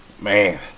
Man